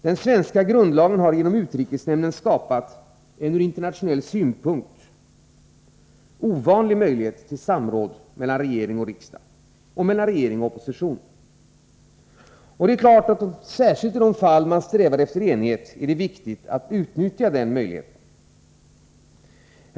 Den svenska grundlagen har genom utrikesnämnden skapat en, ur internationell synpunkt, ovanlig möjlighet till samråd mellan regering och riksdag - och mellan regering och opposition. Särskilt i de fall där man strävar efter enighet är det viktigt att utnyttja den möjligheten.